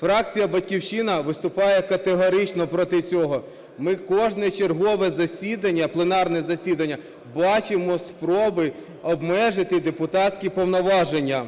Фракція "Батьківщина" виступає категорично проти цього. Ми кожне чергове засідання, пленарне засідання бачимо спроби обмежити депутатські повноваження.